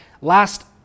last